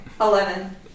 Eleven